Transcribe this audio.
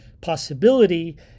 possibility